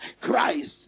Christ